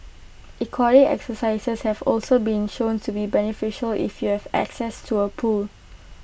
aquatic exercises have also been shown to be beneficial if you have access to A pool